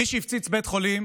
מי שהפציץ בית החולים,